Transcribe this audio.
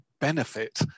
benefit